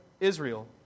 Israel